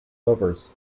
lovers